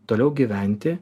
toliau gyventi